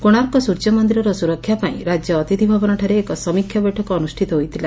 କୋଶାର୍କ ସୂର୍ଯ୍ୟମନ୍ଦିରର ସୁରକ୍ଷାପାଇଁ ରାକ୍ୟ ଅ୍ରତିଥି ଭବନଠାରେ ଏକ ସମୀକ୍ଷା ବୈଠକ ଅନୁଷ୍ବିତ ହୋଇଥିଲା